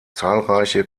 zahlreiche